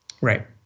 Right